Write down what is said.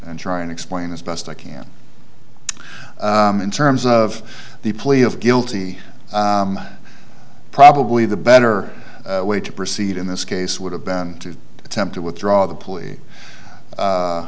and try and explain as best i can in terms of the plea of guilty probably the better way to proceed in this case would have been to attempt to withdraw the